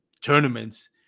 tournaments